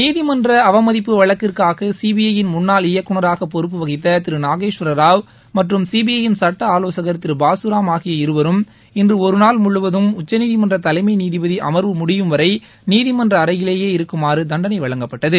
நீதிமன்ற அவமதிப்பு வழக்கிற்காக சிபிஐ யின் முன்னாள் இயக்குநராக பொறுப்பு வகித்த திரு நாகேஷ்வரராவ் மற்றும் சிபிஐ யின் சுட்ட ஆலோசகர் திரு பாகராம் ஆகிய இருவரும் இன்று ஒருநாள் முழுவதும் உச்சநீதிமன்ற தலைமை நீதிபதி அமர்வு முடியும் வரை நீதிமன்ற அறையிலேயே இருக்குமாறு தண்டனை வழங்கப்பட்டது